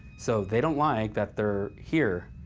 so, they don't like that they're here.